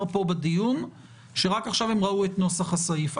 שנאמר פה בדיון שרק עכשיו הם ראו את נוסח הסעיף.